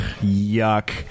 yuck